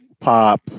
pop